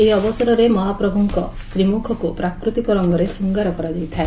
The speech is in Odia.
ଏହି ଅବସରରେ ମହାପ୍ରଭୁଙ୍କ ଶ୍ରୀମୁଖକୁ ପ୍ରାକୃତିକ ରଙ୍ଗରେ ଶୃଙ୍ଗାର କରାଯାଇଥାଏ